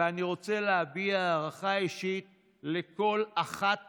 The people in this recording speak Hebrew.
ואני רוצה להביע הערכה אישית לכל אחת